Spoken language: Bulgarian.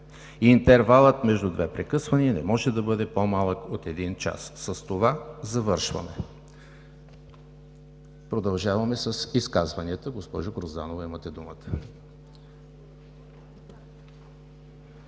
Интервалът между две прекъсвания не може да е по-малък от един час“. С това завършвам. Продължаваме с изказванията. Госпожо Грозданова, имате думата.